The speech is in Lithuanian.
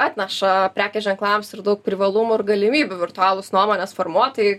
atneša prekės ženklams ir daug privalumų ir galimybių virtualūs nuomonės formuotojai